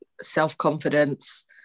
self-confidence